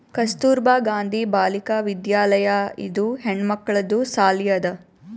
ಕಸ್ತೂರ್ಬಾ ಗಾಂಧಿ ಬಾಲಿಕಾ ವಿದ್ಯಾಲಯ ಇದು ಹೆಣ್ಮಕ್ಕಳದು ಸಾಲಿ ಅದಾ